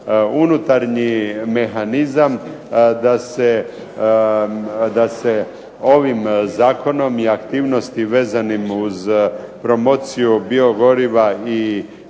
unutarnji mehanizam da se ovim zakonom i aktivnostima vezanim uz promociju biogoriva i